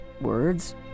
words